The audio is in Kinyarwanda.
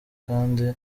kandi